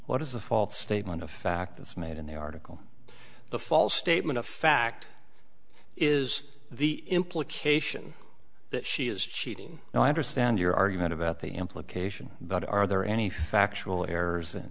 the false statement of fact that's made in the article the false statement of fact is the implication that she is cheating and i understand your argument about the implication but are there any factual errors in